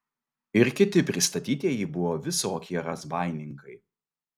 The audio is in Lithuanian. ir kiti pristatytieji buvo visokie razbaininkai